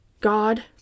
God